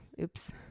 oops